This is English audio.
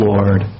Lord